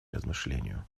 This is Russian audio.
размышлению